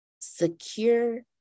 secure